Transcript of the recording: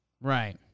Right